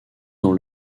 dans